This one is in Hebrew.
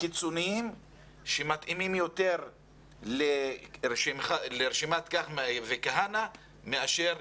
קיצוניים שמתאימים יותר לרשימת כך וכהנא מאשר